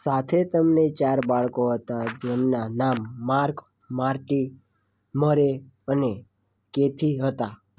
સાથે તેમને ચાર બાળકો હતાં જેમનાં નામ માર્ક માર્ટી મરે અને કેથી હતાં